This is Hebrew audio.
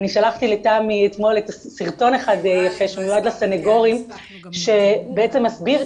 אני שלחתי לתמי אתמול את הסרטון שמיועד לסנגורים שבעצם מסביר,